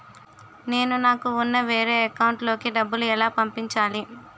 నేను నాకు ఉన్న వేరే అకౌంట్ లో కి డబ్బులు ఎలా పంపించాలి?